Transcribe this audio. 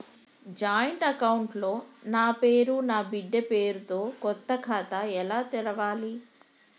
Joint account లో నా పేరు నా బిడ్డే పేరు తో కొత్త ఖాతా ఎలా తెరవాలి?